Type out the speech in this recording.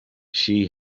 she